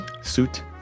suit